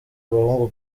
abahungu